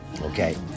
okay